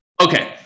Okay